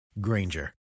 Granger